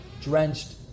drenched